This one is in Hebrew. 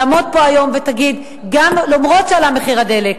שתעמוד פה היום ותגיד: אפילו שעלה מחיר הדלק,